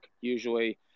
usually